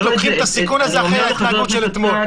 לוקחים את הסיכון הזה אחרי ההתנהגות של אתמול.